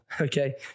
okay